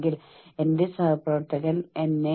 ഞാൻ എങ്ങനെ സമ്മർദ്ദം താങ്ങും